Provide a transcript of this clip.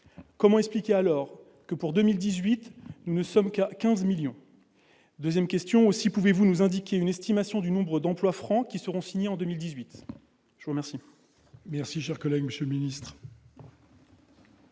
Comment expliquer alors que, pour 2018, nous ne soyons qu'à 15 millions d'euros ? Par ailleurs, pouvez-vous nous indiquer une estimation du nombre d'emplois francs qui seront signés en 2018 ? La parole